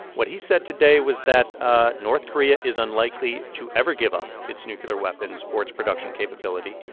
what he said today was that ah north korea is unlikely to ever give up its nuclear weapons or its production capability.